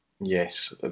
Yes